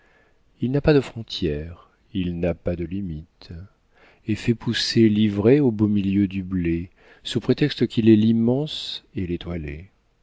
il n'a pas de frontière il n'a pas de limite et fait pousser l'ivraie au beau milieu du blé sous prétexte qu'il est l'immense et